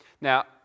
Now